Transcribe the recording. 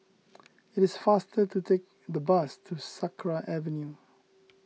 it is faster to take the bus to Sakra Avenue